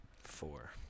Four